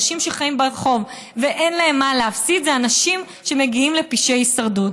אנשים שחיים ברחוב ואין להם מה להפסיד הם אנשים שמגיעים לפשעי הישרדות.